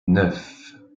neuf